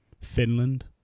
Finland